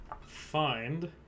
find